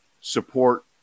support